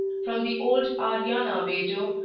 from the old aryana-vaejo,